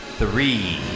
Three